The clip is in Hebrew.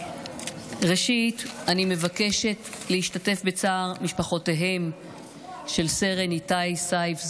ראשית אני מבקשת להשתתף בצער משפחותיהם של סרן איתי סייף,